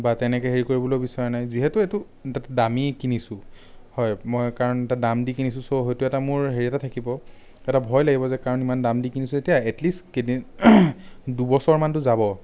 বা তেনেকৈ হেৰি কৰিবলৈও বিচৰা নাই যিহেতু এইটো দামী কিনিছো হয় মই কাৰণ দাম দি কিনিছো চ' সেইটো এটা মোৰ হেৰি এটা থাকিব এটা ভয় লাগিব যে কাৰণ ইমান দাম দি কিনিছো যেতিয়া এট লিষ্ট কেইদিন দুবছৰমানটো যাব